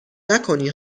نکنی